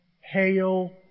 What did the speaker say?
Hail